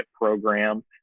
program